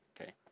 Okay